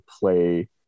play